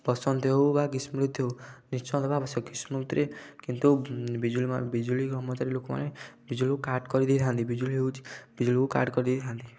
ବସନ୍ତ ହଉ ବା ଗ୍ରୀଷ୍ମ ଋତୁ ହଉ ନିଶ୍ଚୟ ଦବା ଆବଶ୍ୟକ ଗ୍ରୀଷ୍ମ ଋତୁରେ କିନ୍ତୁ ବିଜୁଳି ବିଜୁଳି କର୍ମଚାରୀ ଲୋକମାନେ ବିଜୁଳିକୁ କାଟ କରିଦେଇ ଥାନ୍ତି ବିଜୁଳି ହେଉଛି ବିଜୁଳିକୁ କାଟ କରିଦେଇ ଥାନ୍ତି